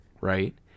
Right